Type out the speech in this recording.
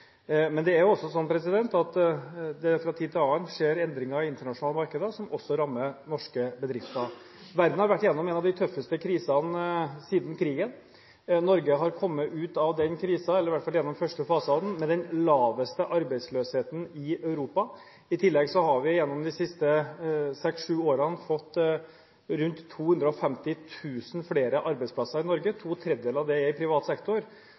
Men det er slik at det fra tid til annen skjer endringer i internasjonale markeder som også rammer norske bedrifter. Verden har vært gjennom en av de tøffeste krisene siden krigen. Norge har kommet ut av den krisen – iallfall første fase av den – med den laveste arbeidsløsheten i Europa. I tillegg har vi gjennom de siste seks–sju årene fått rundt 250 000 flere arbeidsplasser i Norge. To tredjedeler av dem er i privat sektor.